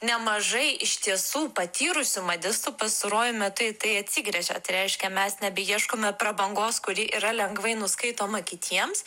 nemažai iš tiesų patyrusių madistų pastaruoju metai tai atsigręžia tai reiškia mes nebeieškome prabangos kuri yra lengvai nuskaitoma kitiems